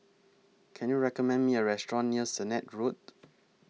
Can YOU recommend Me A Restaurant near Sennett Road